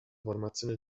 formazione